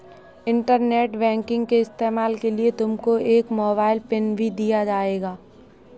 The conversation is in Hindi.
इंटरनेट बैंकिंग के इस्तेमाल के लिए तुमको एक मोबाइल पिन भी दिया जाएगा